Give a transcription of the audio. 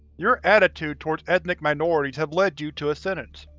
your attitude towards ethnic minorities has led you to a sentence.